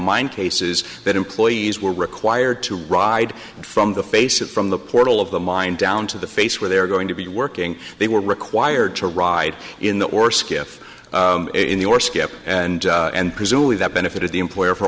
mine cases that employees were required to ride from the face at from the portal of the mine down to the face where they are going to be working they were required to ride in the or skiff in the or skip and and presumably that benefited the employer for